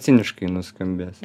ciniškai nuskambės